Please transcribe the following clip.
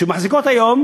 שמחזיקות היום